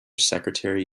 secretary